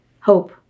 hope